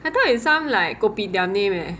I thought it's some like kopitiam name leh